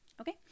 Okay